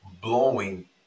blowing